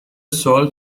سؤال